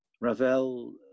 Ravel